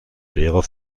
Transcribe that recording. lehrer